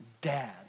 dad